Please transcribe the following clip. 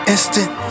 Instant